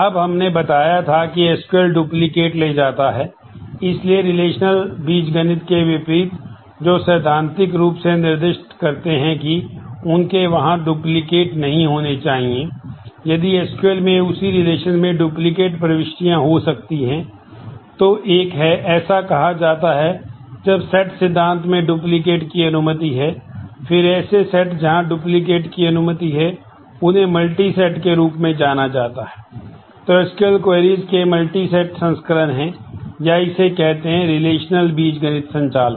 अब हमने बताया था कि एसक्यूएल बीजगणित संचालन